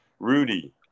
Rudy